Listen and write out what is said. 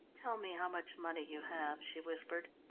tell me how much money you have, she whispered,